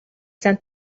sent